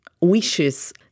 wishes